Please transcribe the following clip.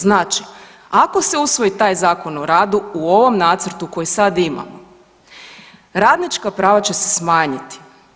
Znači, ako se usvoji taj Zakon o radu u ovom nacrtu koji sad ima, radnička prava će se smanjiti.